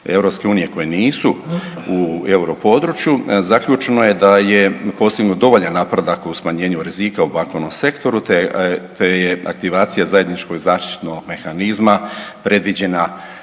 koji nisu u europodručju zaključeno je da je postignut dovoljan napredak u smanjenju rizika u bankovnom sektoru, te je aktivacija zajedničkog zaštitnog mehanizma predviđena